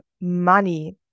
money